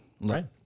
Right